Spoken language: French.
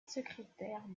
secrétaire